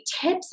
tips